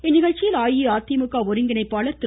இந்நிகழ்ச்சியில் அஇஅதிமுக ஒருங்கிணைப்பார் திரு